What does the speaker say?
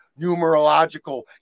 numerological